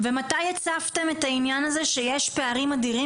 ומתי הצפתם את העניין הזה שיש פערים אדירים